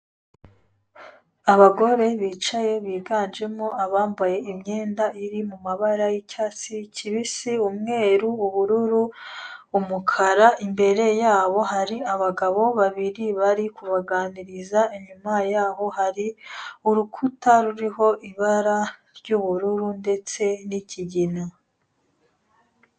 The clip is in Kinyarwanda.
Abagore bicaye biganjemo abambaye imyenda iri mu mabara y'icyatsi kibisi, umweru, ubururu, umukara, imbere yabo hari abagabo babiri bari kubaganiriza, inyuma yaho hari urukuta ruriho ibara ry'ubururu ndetse n'ikigina.